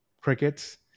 crickets